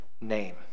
name